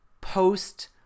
post